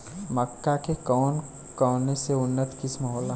मक्का के कौन कौनसे उन्नत किस्म होला?